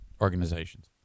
organizations